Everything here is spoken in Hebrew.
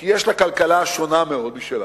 כי יש לה כלכלה שונה מאוד משלנו,